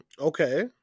Okay